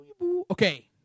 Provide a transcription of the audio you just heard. Okay